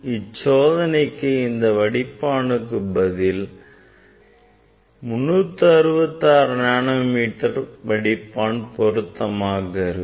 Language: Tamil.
இச்சோதனைக்கு இந்த வடிப்பானுக்கு பதில் 366 நானோமீட்டர் பொருத்தமாக இருக்கும்